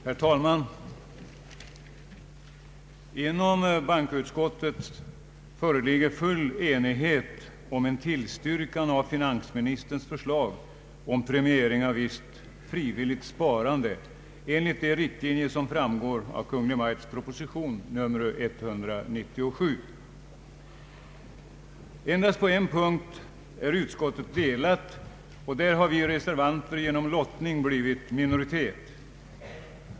Herr talman! Inom bankoutskottet föreligger full enighet om en tillstyrkan av finansministerns förslag om premiering av visst frivilligt sparande enligt de riktlinjer som framgår av Kungl. Maj:ts proposition nr 197. Endast på en punkt är utskottet delat, och där har vi reservanter genom lottning blivit minoritet.